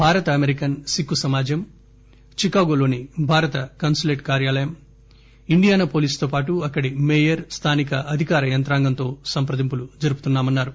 భారత అమెరికన్ సిక్కు సమాజం చికాగో లోని భారత కాన్సులేట్ కార్యాలయం ఇండియానా పోలీస్ తో పాటు అక్కడి మేయర్ స్థానిక అధికార యంత్రాంగంలో సప్రదింపులు జరుపుతున్నామన్నారు